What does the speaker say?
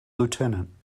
lieutenant